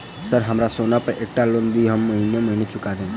Sir हमरा सोना पर एकटा लोन दिऽ हम महीने महीने चुका देब?